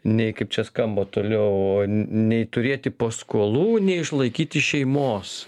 nei kaip čia skamba toliau nei turėti paskolų nei išlaikyti šeimos